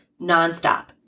nonstop